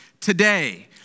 today